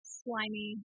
slimy